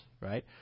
right